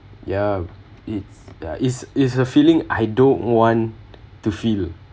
ya it's it's it's a feeling I don't want to feel